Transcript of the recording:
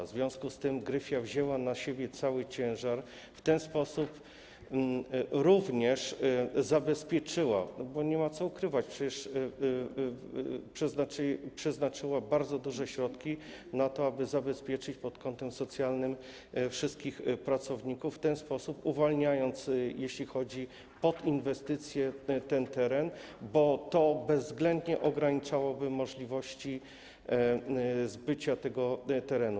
W związku z tym Gryfia wzięła na siebie cały ciężar, w ten sposób również to zabezpieczyła, bo nie ma co ukrywać, że przecież przeznaczyła bardzo duże środki na to, aby zabezpieczyć pod kątem socjalnym wszystkich pracowników, w ten sposób uwalniając pod inwestycje ten teren, bo to bezwzględnie ograniczałoby możliwości zbycia tego terenu.